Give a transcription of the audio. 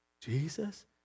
Jesus